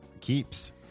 Keeps